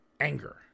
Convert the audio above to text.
anger